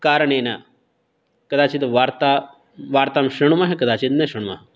कारणेन कदाचित् वार्ता वार्तां शृणुमः कदाचित् न शृण्मः